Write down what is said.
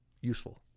useful